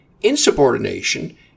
insubordination